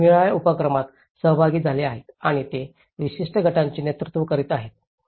ते निरनिराळ्या उपक्रमांत सहभागी झाले आहेत आणि ते विशिष्ट गटांचे नेतृत्व करीत आहेत